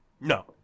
No